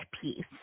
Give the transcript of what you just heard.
piece